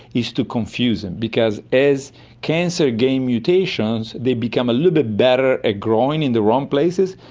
is to confuse them. because as cancer gains mutations they become a little bit better at growing in the wrong places,